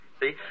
See